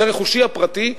זה רכושי הפרטי,